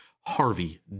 Harvey